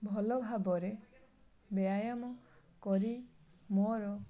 ଭଲ ଭାବରେ ବ୍ୟାୟାମ କରି ମୋର